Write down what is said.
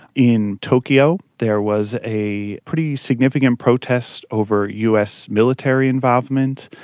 in tokyo there was a pretty significant protest over us military involvement,